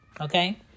okay